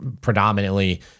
predominantly